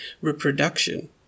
reproduction